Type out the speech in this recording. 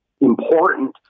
important